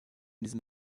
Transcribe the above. diesem